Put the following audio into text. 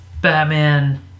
Batman